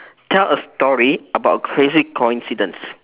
tell a story about a crazy coincidence